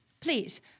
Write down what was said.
Please